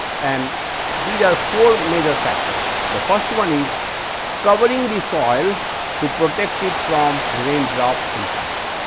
and these are four major factors, the first one is covering the soil to protect it from raindrop impact.